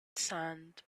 sand